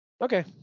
okay